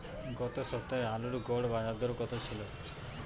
গত সপ্তাহে আলুর গড় বাজারদর কত ছিল?